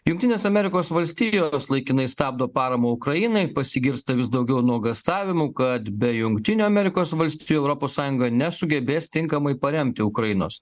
jungtinės amerikos valstijos laikinai stabdo paramą ukrainai pasigirsta vis daugiau nuogąstavimų kad be jungtinių amerikos valstijų europos sąjunga nesugebės tinkamai paremti ukrainos